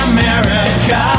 America